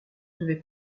devait